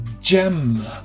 gem